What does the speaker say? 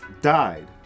died